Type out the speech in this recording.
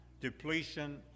depletion